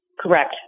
Correct